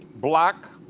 black,